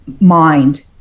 mind